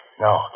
No